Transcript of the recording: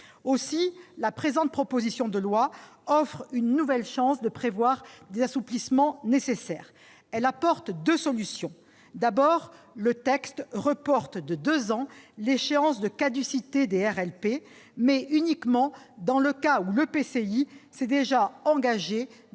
». La présente proposition de loi offre une nouvelle chance de prévoir les assouplissements nécessaires. Elle apporte deux solutions. D'abord, le texte reporte de deux ans l'échéance de caducité des RLP, mais uniquement dans le cas où l'EPCI s'est déjà engagé